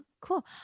Cool